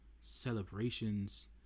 celebrations